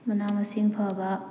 ꯃꯅꯥ ꯃꯁꯤꯡ ꯐꯕ